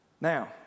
Now